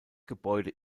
gebäude